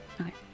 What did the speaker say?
okay